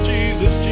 Jesus